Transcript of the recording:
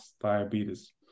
diabetes